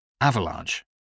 Avalanche